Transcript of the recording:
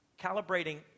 calibrating